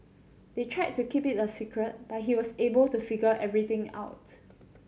they tried to keep it a secret but he was able to figure everything out